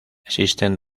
existen